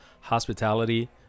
hospitality